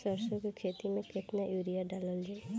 सरसों के खेती में केतना यूरिया डालल जाई?